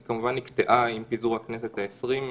היא, כמובן, נקטעה עם פיזור הכנסת ה-20.